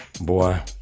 boy